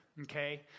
okay